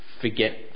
Forget